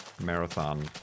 marathon